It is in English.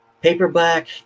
paperback